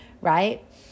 right